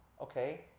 okay